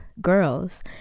girls